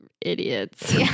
idiots